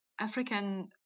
African